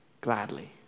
gladly